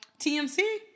TMC